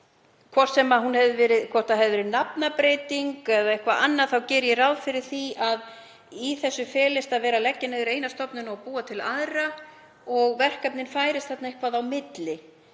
Hvort sem það hefði verið nafnbreyting eða eitthvað annað þá geri ég ráð fyrir að í þessu felist að leggja niður eina stofnun og búa til aðra og verkefnin færist þarna eitthvað á milli.